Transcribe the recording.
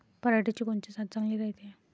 पऱ्हाटीची कोनची जात चांगली रायते?